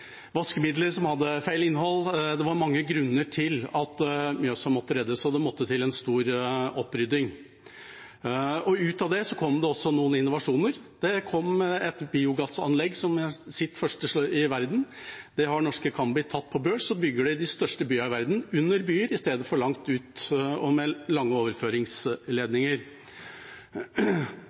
vaskemidler som hadde feil innhold – det var mange grunner til at Mjøsa måtte reddes, og det måtte en stor opprydding til. Ut av det kom det også noen innovasjoner. Det kom et biogassanlegg, som det første i verden. Det har norske Cambi tatt på børs, og så bygger de i de største byene i verden, under byer istedenfor langt ut og med lange overføringsledninger.